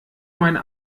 meinen